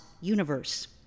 universe